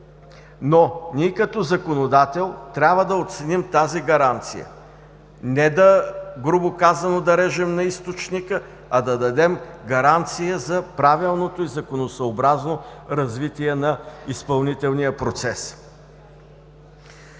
Но ние, като законодател, трябва да оценим тази гаранция. Не, грубо казано, да режем на източника, а да дадем гаранция за правилното и законосъобразно развитие на изпълнителния процес.